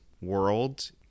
world